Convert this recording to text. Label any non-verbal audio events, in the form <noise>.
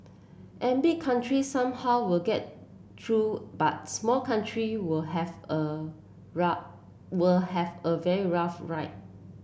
and big country somehow will get through but small country will have a <unintelligible> will have a very rough ride